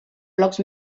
blocs